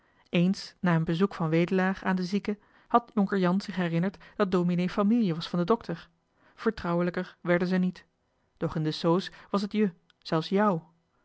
eens na een bezoek van wedelaar aan den zieke had jonker jan zich minzaam herinnerd dat dominee fâmielje was van den dokter vertrouwelijker werden zij niet doch in de soos was het je zelfs jou